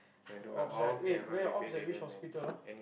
the ops right wait where your ops at which hospital lah